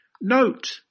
note